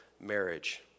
marriage